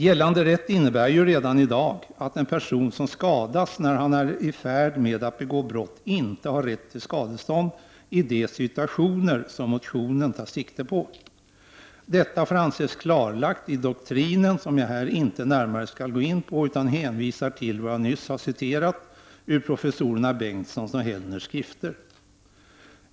Gällande rätt innebär ju redan i dag att en person som skadas när han är i färd med att begå brott inte har rätt till skadestånd i de situationer som motionärerna i motionen tar sikte på. Detta får anses klarlagt i doktrinen som jag inte här närmare skall gå in på utan jag hänvisar till vad jag nyss har refererat från professorerna Bengtssons och Hellners skrifter.